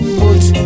put